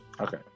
Okay